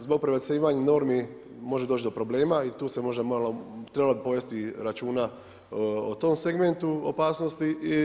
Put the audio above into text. Zbog prebacivanja normi može doći do problema i tu bi se možda malo trebalo povesti računa o tom segmentu opasnosti.